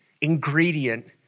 ingredient